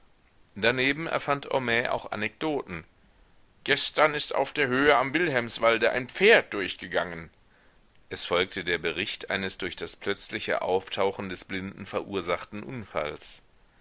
daneben erfand homais auch anekdoten gestern ist auf der höhe am wilhelmswalde ein pferd durchgegangen es folgte der bericht eines durch das plötzliche auftauchen des blinden verursachten unfalls